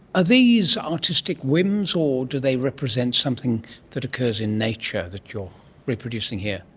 are these artistic whims or do they represent something that occurs in nature that you are reproducing here?